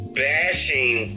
bashing